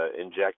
inject